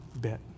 bit